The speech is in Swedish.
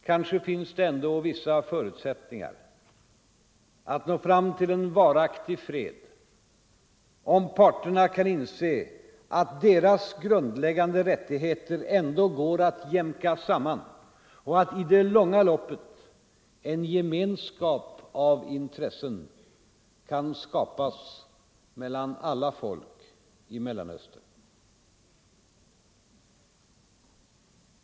Kanske finns det ändå vissa förutsättningar att nå fram till en varaktig fred om parterna kan inse att deras grundläggande rättigheter ändå går att jämka samman och att i det långa loppet en gemenskap av intressen kan skapas mellan alla folk i Mellanöstern.